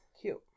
cute